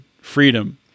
freedom